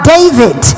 David